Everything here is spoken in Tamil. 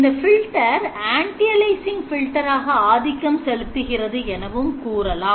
இந்த filter antialiasing filter ஆக ஆதிக்கம் செலுத்துகிறது எனவும் கூறலாம்